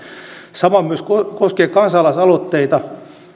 sama koskee kansalaisaloitteita